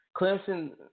Clemson